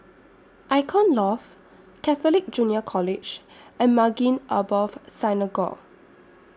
Icon Loft Catholic Junior College and Maghain Aboth Synagogue